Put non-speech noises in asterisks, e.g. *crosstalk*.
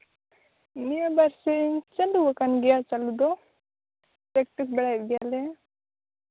ᱱᱤᱭᱟᱹ ᱵᱟᱨ *unintelligible* ᱪᱟᱹᱞᱩ ᱟᱠᱟᱱ ᱜᱮᱭᱟ ᱪᱟᱹᱞᱩ ᱫᱚ ᱯᱮᱠᱴᱤᱥ ᱵᱟᱲᱟᱭᱮᱫ ᱜᱮᱭᱟᱞᱮ